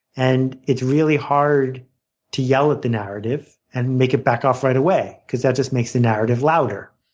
and it's really hard to yell at the narrative and make it back off right away, because that just makes the narrative louder.